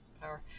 Power